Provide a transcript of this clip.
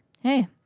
hey